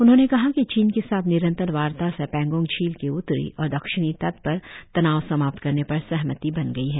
उन्होंने कहा कि चीन के साथ निरंतर वार्ता से पैंगोंग झील के उत्तरी और दक्षिणी तट पर तनाव समाप्त करने पर सहमति बन गई है